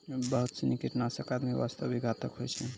बहुत सीनी कीटनाशक आदमी वास्तॅ भी घातक होय छै